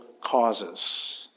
causes